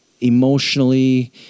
emotionally